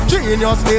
Genius